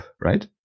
right